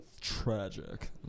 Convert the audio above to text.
tragic